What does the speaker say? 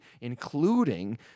including